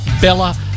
Bella